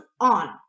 on